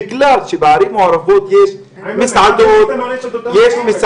בגלל שבערים מעורבות יש מסעדות ------ שמחה,